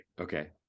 okay